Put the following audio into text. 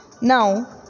now